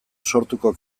sortuko